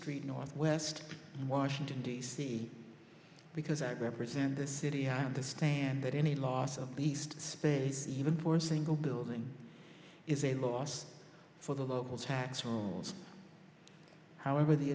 street northwest washington d c because i represent the city had understand that any loss of the east space even for a single building is a loss for the local tax rolls however the